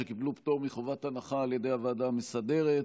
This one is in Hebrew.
שקיבלו פטור מחובת הנחה על ידי הוועדה המסדרת.